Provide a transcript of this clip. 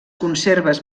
conserves